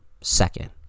Second